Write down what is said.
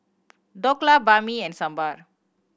Dhokla Banh Mi and Sambar